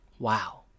Wow